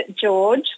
George